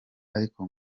ariko